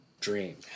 Dream